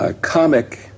comic